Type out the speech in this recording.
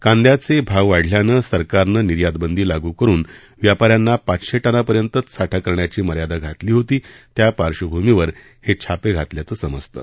कांदयाचे भाव वाढल्यानं सरकारनं निर्यात बंदी लागू करुन व्यापा यांना पाचशे टनापर्यंतच साठा करण्याची मर्यादा घातली होती त्या पार्श्वभूमीवर हे छापे घातल्याचं समजतं